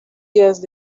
years